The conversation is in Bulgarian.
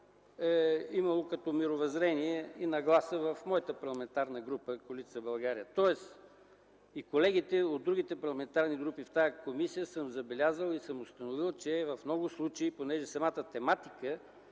имало като мирозрение и нагласа в моята парламентарна група – Коалиция за България. Тоест, и колегите от другите парламентарни групи в тази комисия съм забелязал и установил, че в много случаи понеже самата тематика